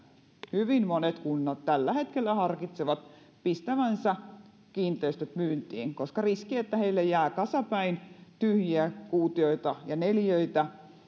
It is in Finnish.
hyvin monet kunnat tällä hetkellä harkitsevat pistävänsä kiinteistöt myyntiin koska on riski että heille jää kasapäin tyhjiä kuutioita ja neliöitä